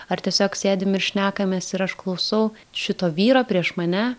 ar tiesiog sėdim ir šnekamės ir aš klausau šito vyro prieš mane